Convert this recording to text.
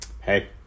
Hey